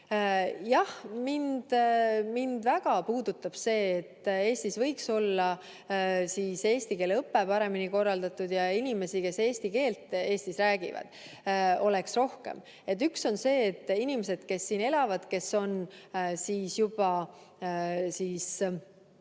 jah, mind väga puudutab see, et Eestis võiks olla eesti keele õpe paremini korraldatud ja inimesi, kes eesti keelt Eestis räägivad, oleks rohkem. Üks asi on see, et inimesed, kes siin elavad, kes on juba Eesti